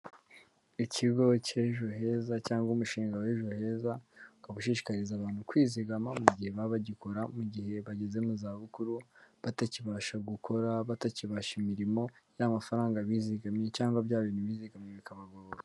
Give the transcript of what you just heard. Ikigo cy'EjoHeza cyangwa umushinga w'EjoHeza, ukaba ushishikariza abantu kwizigama mu gihe baba bagikora, mu gihe bageze mu zabukuru batakibasha gukora, batakibasha imirimo, ya mafaranga bizigamimye cyangwa bya bintu bizigamye bikabagoboka.